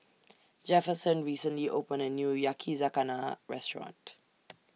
Jefferson recently opened A New Yakizakana Restaurant